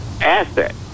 asset